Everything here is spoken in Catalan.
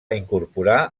incorporar